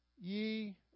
ye